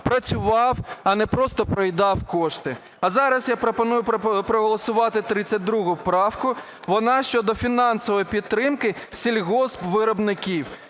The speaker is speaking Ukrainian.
працював, а не просто проїдав кошти. А зараз я пропоную проголосувати 32 правку, вона щодо фінансової підтримки сільгоспвиробників.